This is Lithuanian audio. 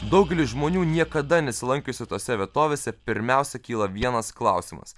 daugeliui žmonių niekada nesilankiusių tose vietovėse pirmiausia kyla vienas klausimas